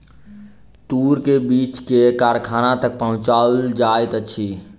तूर के बीछ के कारखाना तक पहुचौल जाइत अछि